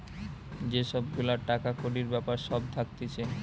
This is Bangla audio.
যে সব গুলা টাকা কড়ির বেপার সব থাকতিছে